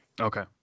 Okay